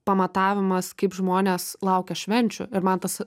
pamatavimas kaip žmonės laukia švenčių ir man tas